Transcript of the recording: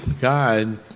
God